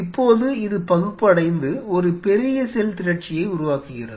இப்போது இது பகுப்படைந்து ஒரு பெரிய செல் திரட்சியை உருவாக்குகிறது